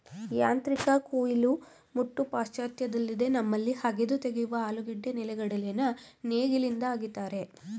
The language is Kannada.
ಯಾಂತ್ರಿಕ ಕುಯಿಲು ಮುಟ್ಟು ಪಾಶ್ಚಾತ್ಯದಲ್ಲಿದೆ ನಮ್ಮಲ್ಲಿ ಅಗೆದು ತೆಗೆಯುವ ಆಲೂಗೆಡ್ಡೆ ನೆಲೆಗಡಲೆನ ನೇಗಿಲಿಂದ ಅಗಿತಾರೆ